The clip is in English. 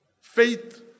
faith